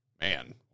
Man